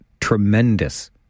tremendous